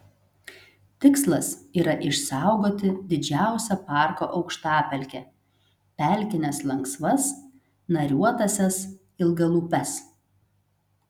tikslas yra išsaugoti didžiausią parko aukštapelkę pelkines lanksvas nariuotąsias ilgalūpes